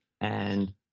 and-